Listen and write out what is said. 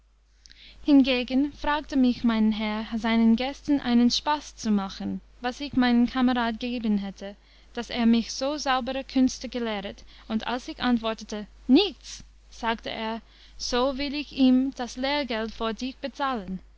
hingegen fragte mich mein herr seinen gästen einen spaß zu machen was ich meinem kamerad geben hätte daß er mich so saubere künste gelehret und als ich antwortete nichts sagte er so will ich ihm das lehrgeld vor dich bezahlen